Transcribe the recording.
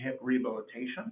rehabilitation